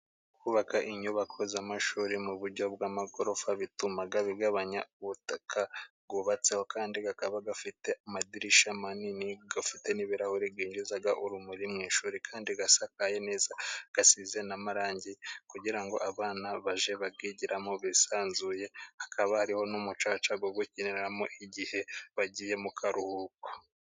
Kubaka inyubako z'amashuri mu buryo bw'amagorofa，bituma bigabanya ubutaka bwubatseho，kandi akaba afite amadirishya manini，afite n'ibirahure byinjiza urumuri mu ishuri， kandi asakaye neza，asize n’amarangi，kugira ngo abana bage bayigiramo bisanzuye， hakaba hariho n'umucaca wo gukiniramo，igihe bagiye mu karuhuko.